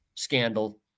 scandal